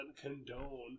condone